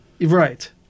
Right